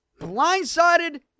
Blindsided